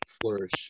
flourish